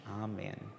Amen